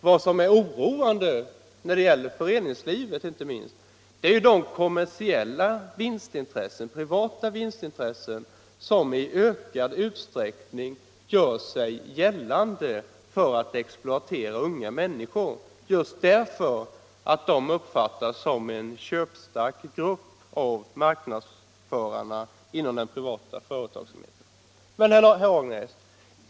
Vad som är oroande, inte minst när det gäller föreningslivet, är de kommersiella, privata vinstintressen som i ökad utsträckning gör sig gällande för att exploatera unga människor, därför att de uppfattas som en köpstark grupp av marknadsförarna inom den privata företagsamheten.